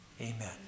amen